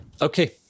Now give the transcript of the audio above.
okay